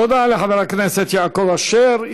תודה לחבר הכנסת יעקב אשר.